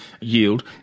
yield